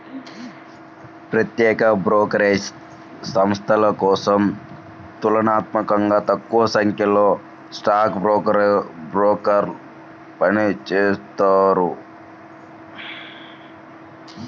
ప్రత్యేక బ్రోకరేజ్ సంస్థల కోసం తులనాత్మకంగా తక్కువసంఖ్యలో స్టాక్ బ్రోకర్లు పనిచేత్తారు